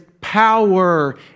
power